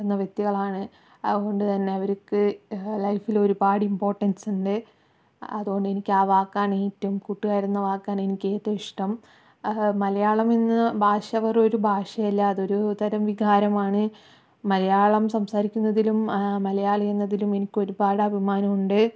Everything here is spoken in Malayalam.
ന്ന വ്യക്തികളാണ് അതുകൊണ്ടുതന്നെ അവർക്ക് ലൈഫില് ഒരുപാട് ഇംപോർട്ടൻസ് ഉണ്ട് അതുകൊണ്ട് എനിക്ക് ആ വാക്കാണ് ഏറ്റവും കൂട്ടുകാരെന്ന വാക്കാണ് എനിക്ക് ഏറ്റവും ഇഷ്ടം മലയാളം എന്ന ഭാഷ വെറുമൊരു ഭാഷയല്ല അതൊരുതരം വികാരമാണ് മലയാളം സംസാരിക്കുന്നതിലും മലയാളി എന്നതിലും എനിക്കൊരുപാട് അഭിമാനമുണ്ട്